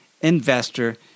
investor